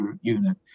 unit